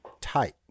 tight